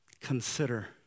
Consider